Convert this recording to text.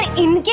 in